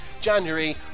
January